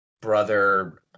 brother